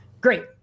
great